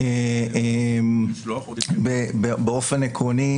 באופן עקרוני,